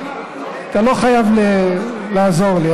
אתה לא חייב לעזור לי,